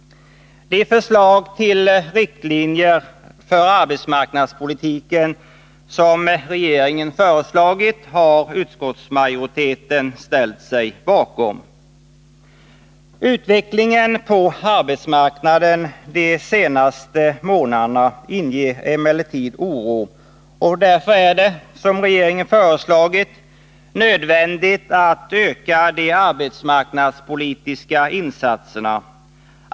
De riktlinjer för arbetsmarknadspolitiken som regeringen föreslagit har utskottsmajoriteten ställt sig bakom. Utvecklingen på arbetsmarknaden de senaste månaderna inger emellertid oro. Därför är det, som regeringen föreslagit, nödvändigt att öka de arbetsmarknadspolitiska insatserna.